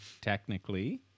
technically